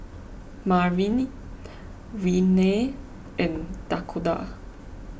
Marnie Renea and Dakoda